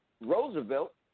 Roosevelt